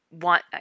want